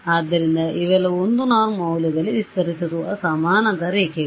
ಆದ್ದರಿಂದ ಇವೆಲ್ಲವೂ1 norm ಮೌಲ್ಯದಲ್ಲಿ ವಿಸ್ತರಿಸುತ್ತಿರುವ ಸಮಾನಾಂತರ ರೇಖೆಗಳು